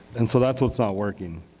and so that's what's not working.